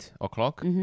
o'clock